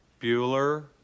Bueller